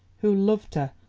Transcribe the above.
who loved her,